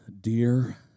dear